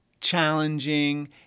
challenging